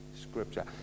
Scripture